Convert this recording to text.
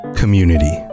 community